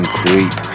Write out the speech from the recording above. creep